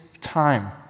time